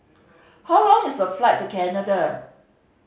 how long is the flight to Canada